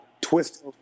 twist